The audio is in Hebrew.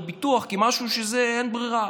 הביטוח כמשהו שהוא בגדר אין ברירה.